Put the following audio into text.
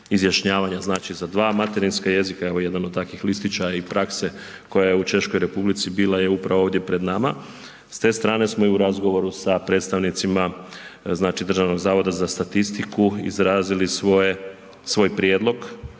znači za 2 materinska jezika evo jedan od takvih listića i prakse koja je u Češkoj Republici bila je upravo ovdje pred nama. S te strane smo i u razgovoru sa predstavnicima znači Državnog zavoda za statistiku izrazili svoj prijedlog